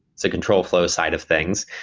so control flow side of things.